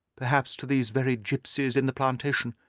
perhaps to these very gipsies in the plantation.